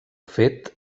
fet